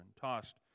tossed